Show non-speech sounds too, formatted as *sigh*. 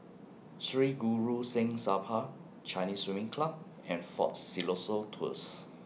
Sri Guru Singh Sabha Chinese Swimming Club and Fort *noise* Siloso Tours